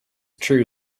true